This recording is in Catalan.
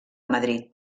madrid